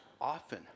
often